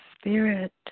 spirit